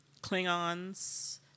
Klingons